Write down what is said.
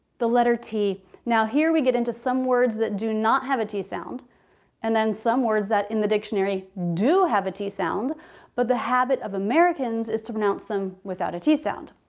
the letter t now here we get into some words that do not have a t sound and then some words that in the dictionary do have a t sound but the habit of americans is to pronounce them without a t sound.